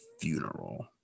funeral